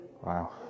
Wow